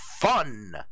fun